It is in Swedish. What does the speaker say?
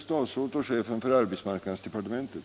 fortsätta att